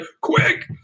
Quick